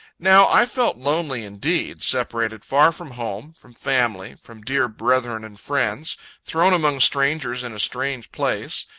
now i felt lonely indeed, separated far from home, from family, from dear brethren and friends thrown among strangers in a strange place.